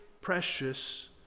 precious